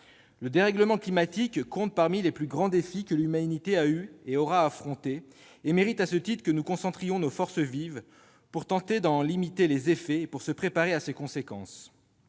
Le dérèglement climatique compte parmi les plus grands défis que l'humanité a eu et aura à affronter, et il mérite à ce titre que nous mobilisions nos forces vives pour tenter d'en limiter les effets et nous préparer à ses conséquences.